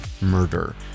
murder